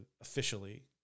officially